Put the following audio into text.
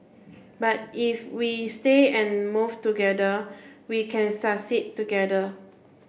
but if we stay and move together we can succeed together